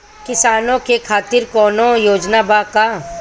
किसानों के खातिर कौनो योजना बा का?